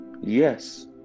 yes